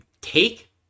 take